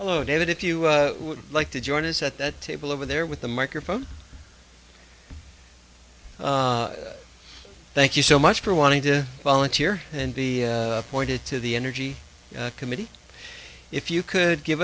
hello david if you would like to join us at that table over there with the microphone thank you so much for wanting to volunteer and be appointed to the energy committee if you could give